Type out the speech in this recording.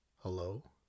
Hello